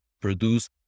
produce